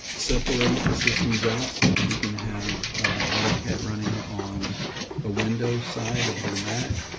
separate the systems out so that you can have autocad running on a windows side of your mac.